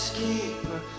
keeper